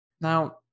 Now